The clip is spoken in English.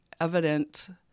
evident